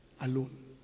alone